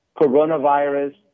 coronavirus